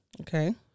Okay